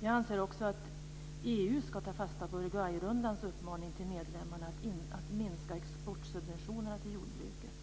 Jag anser också att EU ska ta fasta på Uruguayrundans uppmaning till medlemmarna att minska exportsubventionerna till jordbruket.